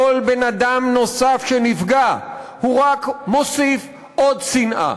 כל בן-אדם נוסף שנפגע, רק מוסיף עוד שנאה,